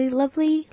lovely